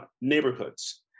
neighborhoods